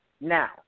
Now